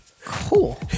Cool